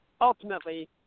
Ultimately